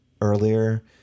earlier